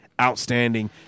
Outstanding